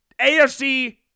AFC